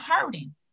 hurting